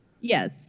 Yes